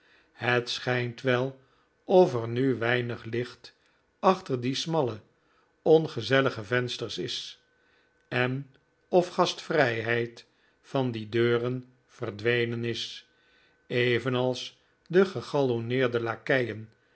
het schijnt wel of er nu weinig licht achter die smalle ongezellige ven sters is en of gastvrijheid van die deuren verdwenen is evenals de